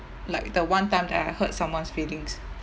like the one time that I hurt someone's feelings